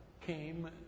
came